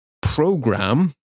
program